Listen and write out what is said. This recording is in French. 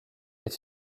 est